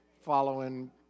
following